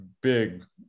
big